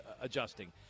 Adjusting